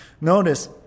notice